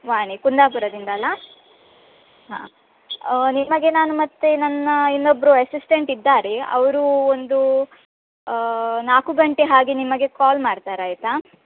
ವಾಣಿ ಕುಂದಾಪುರದಿಂದ ಅಲ ಹಾಂ ನಿಮಗೆ ನಾನು ಮತ್ತೆ ನನ್ನ ಇನ್ನೊಬ್ಬರು ಅಸಿಸ್ಟೆಂಟ್ ಇದ್ದಾರೆ ಅವರು ಒಂದು ನಾಲ್ಕು ಗಂಟೆ ಹಾಗೆ ನಿಮಗೆ ಕಾಲ್ ಮಾಡ್ತಾರೆ ಆಯಿತಾ